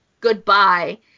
Goodbye